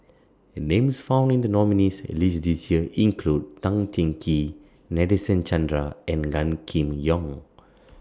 Names found in The nominees' list This Year include Tan Cheng Kee Nadasen Chandra and Gan Kim Yong